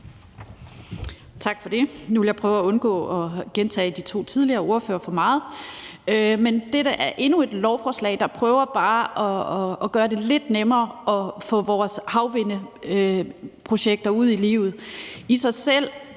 Tak for det. Nu vil jeg prøve at undgå at gentage de to tidligere ordførere for meget. Men dette er endnu et lovforslag, der bare prøver at gøre det lidt nemmere at få vores havvindprojekter ført ud i livet. Det her